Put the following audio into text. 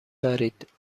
دارید